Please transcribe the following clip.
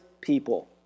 people